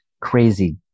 crazy